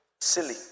Silly